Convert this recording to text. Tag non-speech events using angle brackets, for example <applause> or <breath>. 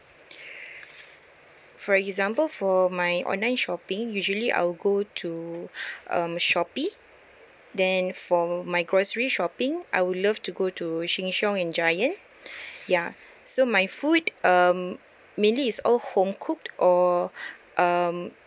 <breath> for example for my online shopping usually I'll go to <breath> um shopee then for my grocery shopping I would love to go to sheng siong in giant <breath> ya so my food um mainly is all home cooked or <breath> um